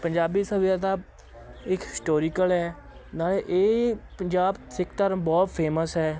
ਪੰਜਾਬੀ ਸਭਿਅਤਾ ਇੱਕ ਹਿਸਟੋਰੀਕਲ ਹੈ ਨਾਲੇ ਇਹ ਪੰਜਾਬ ਸਿੱਖ ਧਰਮ ਬਹੁਤ ਫੇਮਸ ਹੈ